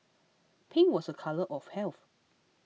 pink was a colour of health